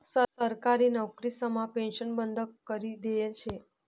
सरकारी नवकरीसमा पेन्शन बंद करी देयेल शे